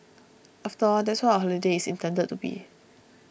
after all that's what a holiday is intended to be